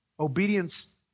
Obedience